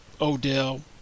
Odell